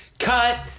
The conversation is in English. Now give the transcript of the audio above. Cut